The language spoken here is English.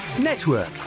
network